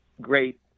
great